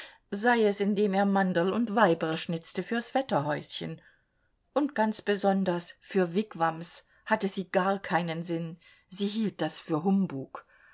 sei es indem er mannderl und weiberl schnitzte fürs wetterhäuschen und ganz besonders für wigwams hatte sie gar keinen sinn sie hielt das für humbug